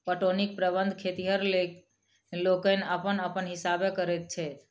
पटौनीक प्रबंध खेतिहर लोकनि अपन अपन हिसाबेँ करैत छथि